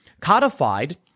codified